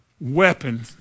weapon